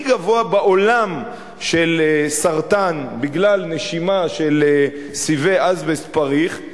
גבוה בעולם של סרטן בגלל נשימה של סיבי אזבסט פריך,